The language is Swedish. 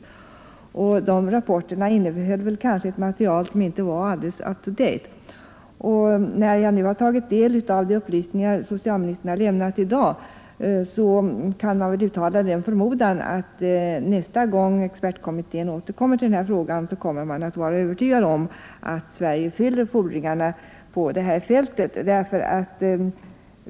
Dessa rapporter innehöll väl ett material som kanske inte var alldeles up to date. Efter att ha tagit del av de upplysningar socialministern har lämnat i dag kan man väl uttala den förmodan, att nästa gång expertkommittén återkommer till den här frågan så kommer man att vara övertygad om att Sverige uppfyller fordringarna på det här fältet.